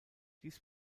dies